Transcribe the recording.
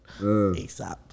ASAP